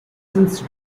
since